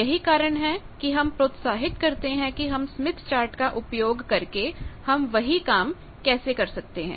यही कारण है कि हम प्रोत्साहित करते हैं कि हम स्मिथ चार्ट का उपयोग करके हम वही काम कैसे कर सकते हैं